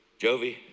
Jovi